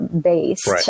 based